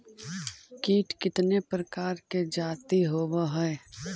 कीट कीतने प्रकार के जाती होबहय?